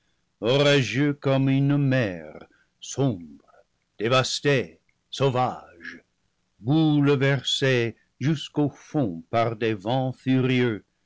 orageux comme une mer som bre dévasté sauvage bouleversé jusqu'au fond par des vents fu